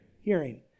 Hearing